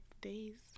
days